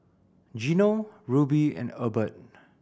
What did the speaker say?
Gino Ruby and Ebert